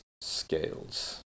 Scales